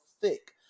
thick